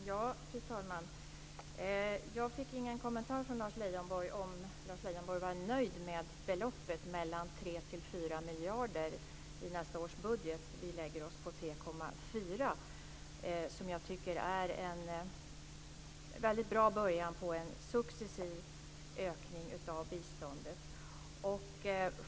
Fru talman! Jag fick ingen kommentar från Lars och 4 miljarder i nästa års budget. Vi lägger oss på 3,4 miljarder, och jag tycker att det är en väldigt bra början på en successiv ökning av biståndet.